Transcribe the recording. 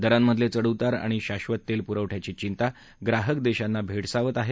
दरांमधले चढउतार आणि शाधत तेल पुरवठयाची चिंता ग्राहक देशांना भेडसावत आहे